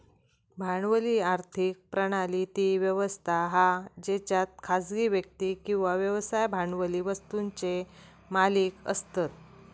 भांडवली आर्थिक प्रणाली ती व्यवस्था हा जेच्यात खासगी व्यक्ती किंवा व्यवसाय भांडवली वस्तुंचे मालिक असतत